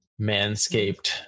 manscaped